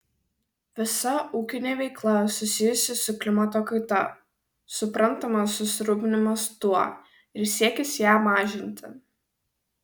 visa ūkinė veikla susijusi su klimato kaita suprantamas susirūpinimas tuo ir siekis ją mažinti